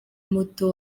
muto